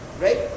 right